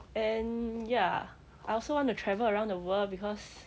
and ya I also want to travel around the world because